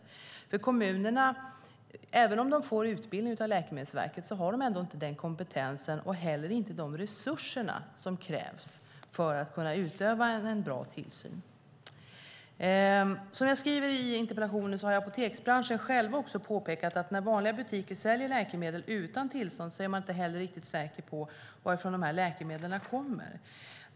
Även om kommunerna får utbildning av Läkemedelsverket har de inte den kompetens och inte heller de resurser som krävs för att kunna utöva en bra tillsyn. Som jag skriver i interpellationen har apoteksbranschen själv påpekat att när vanliga butiker säljer läkemedel utan tillstånd är man inte heller riktigt säker på varifrån dessa läkemedel kommer.